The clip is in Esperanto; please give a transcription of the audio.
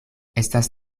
estas